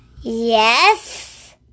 Yes